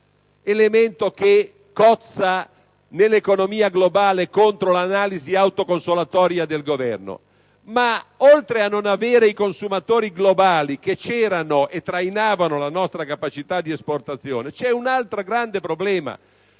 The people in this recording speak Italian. elemento che cozza nell'economia globale contro l'analisi autoconsolatoria del Governo è che, oltre a non avere consumatori globali, che c'erano e trainavano la nostra capacità di esportazione, c'è un altro grande problema.